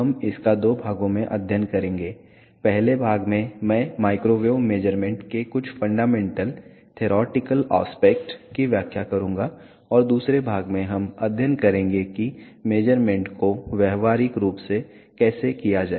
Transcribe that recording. हम इसका दो भागों में अध्ययन करेंगे पहले भाग में मैं माइक्रोवेव मेज़रमेंट के कुछ फंडामेंटल थ्योरेटिकल आस्पेक्ट की व्याख्या करूँगा और दूसरे भाग में हम अध्ययन करेंगे कि मेज़रमेंट को व्यावहारिक रूप से कैसे किया जाए